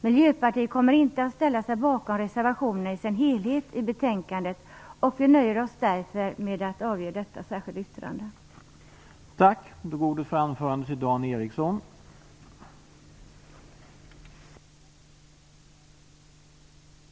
Miljöpartiet kommer inte att ställa sig bakom reservationerna vid betänkandet, utan vi nöjer oss med att detta särskilda yttrande avgivits.